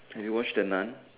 have you watched the nun